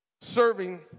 Serving